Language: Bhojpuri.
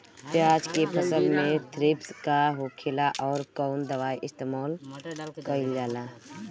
प्याज के फसल में थ्रिप्स का होखेला और कउन दवाई इस्तेमाल कईल जाला?